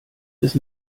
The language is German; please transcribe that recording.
ist